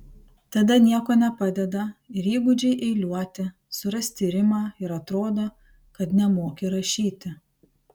tada nieko nepadeda ir įgūdžiai eiliuoti surasti rimą ir atrodo kad nemoki rašyti